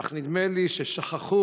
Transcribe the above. אך נדמה לי ששכחו